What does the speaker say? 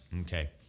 Okay